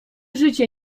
życie